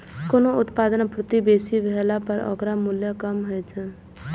कोनो उत्पादक आपूर्ति बेसी भेला पर ओकर मूल्य कम होइ छै